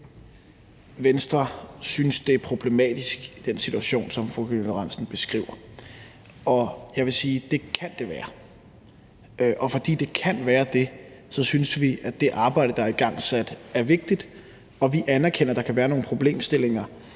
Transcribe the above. Venstre synes, det er problematisk, at der er den situation, som fru Karina Lorentzen Dehnhardt beskriver. Og jeg vil sige, at det kan det være, og fordi det kan være det, synes vi, at det arbejde, der er igangsat, er vigtigt, og vi anerkender, at der kan være nogle problemstillinger,